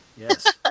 Yes